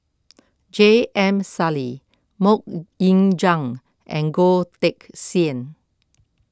J M Sali Mok Ying Jang and Goh Teck Sian